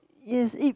is it